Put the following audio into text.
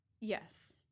Yes